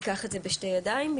תיקח את זה בשתי ידיים,